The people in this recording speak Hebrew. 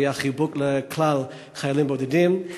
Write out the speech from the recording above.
זה היה חיבוק לכלל החיילים הבודדים.